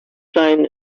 sign